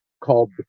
called